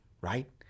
right